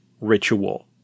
ritual